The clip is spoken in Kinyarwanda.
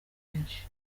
kenshi